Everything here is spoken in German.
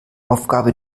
aufgabe